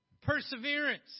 perseverance